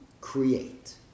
create